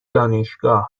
دانشگاهمی